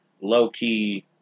low-key